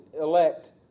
elect